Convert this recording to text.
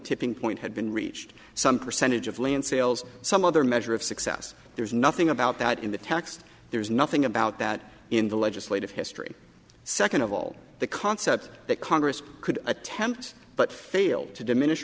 tipping point had been reached some percentage of land sales some other measure of success there's nothing about that in the text there's nothing about that in the legislative history second of all the concept that congress could attempt but failed to diminish